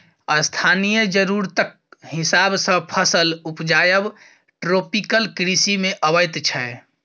स्थानीय जरुरतक हिसाब सँ फसल उपजाएब ट्रोपिकल कृषि मे अबैत छै